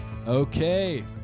okay